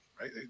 right